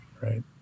Right